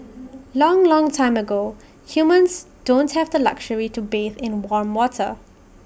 long long time ago humans don't have the luxury to bathe in warm water